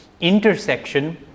intersection